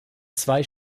zwei